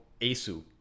ASU